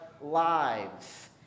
lives